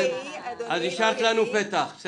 השארת לנו פתח.